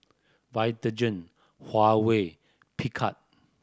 Vitagen Huawei Picard